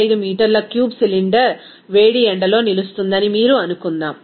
15 మీటర్ల cube cylinder వేడి ఎండలో నిలుస్తుందని మీరు అనుకుందాం